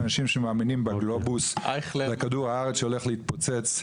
הם אנשים שמאמינים בגלובוס וכדור הארץ שהולך להתפוצץ,